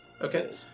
Okay